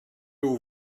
aux